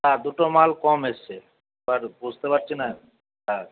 হ্যাঁ দুটো মাল কম এসছে এবার বুঝতে পারছি না